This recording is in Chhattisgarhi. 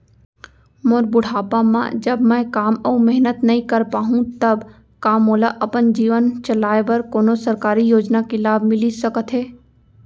मोर बुढ़ापा मा जब मैं काम अऊ मेहनत नई कर पाहू तब का मोला अपन जीवन चलाए बर कोनो सरकारी योजना के लाभ मिलिस सकत हे?